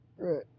Right